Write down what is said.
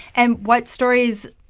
and what stories,